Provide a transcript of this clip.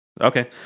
Okay